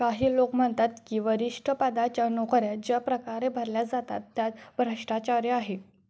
काही लोक म्हणतात की वरिष्ठ पदाच्या नोकऱ्या ज्या प्रकारे भरल्या जातात त्यात भ्रष्टाचार आहे